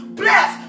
bless